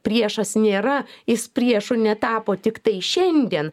priešas nėra jis priešu netapo tiktai šiandien